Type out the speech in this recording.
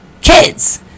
kids